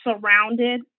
surrounded